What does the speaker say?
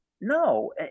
no